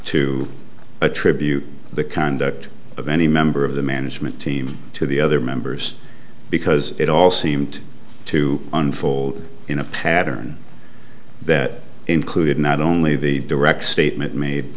to attribute the conduct of any member of the management team to the other members because it all seemed to unfold in a pattern that included not only the direct statement made